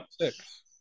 six